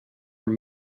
were